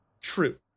True